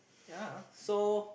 yea so